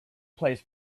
plays